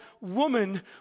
woman